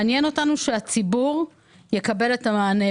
מעניין אותנו שהציבור יקבל את המענה,